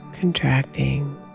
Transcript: Contracting